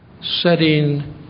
setting